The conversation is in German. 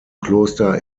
kloster